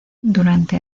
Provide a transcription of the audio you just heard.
durante